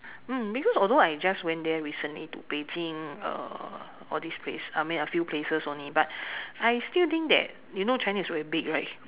mm because although I just went there recently to Beijing uh all these place I mean a few places only but I still think that you know China is very big right